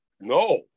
No